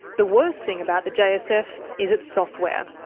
the worst thing about the jsf is its software.